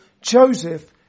Joseph